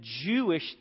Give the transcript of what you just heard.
Jewish